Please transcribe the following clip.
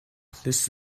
this